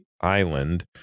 island